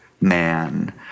man